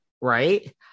right